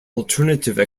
alternative